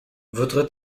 votre